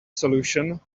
solution